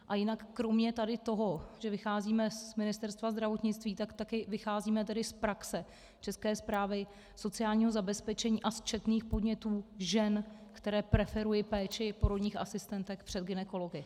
A jinak kromě tady toho, že vycházíme z Ministerstva zdravotnictví, tak také vycházíme z praxe České správy sociálního zabezpečení a z četných podnětů žen, které preferují péči porodních asistentek před gynekology.